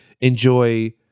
enjoy